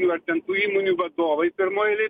nu ar ten tų įmonių vadovai pirmoj eilėj